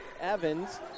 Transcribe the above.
Evans